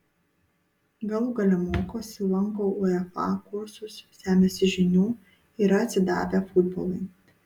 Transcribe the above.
galų gale mokosi lanko uefa kursus semiasi žinių yra atsidavę futbolui